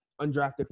undrafted